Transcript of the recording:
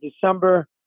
December